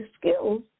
skills